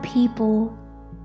people